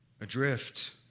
adrift